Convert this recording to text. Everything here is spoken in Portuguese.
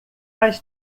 faz